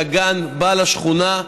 שהגן בא לשכונה,